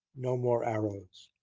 no more arrows.